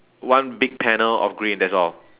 one big panel of green that's all